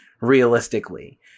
realistically